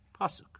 pasuk